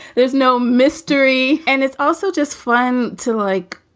there's no mystery. and it's also just fun to like,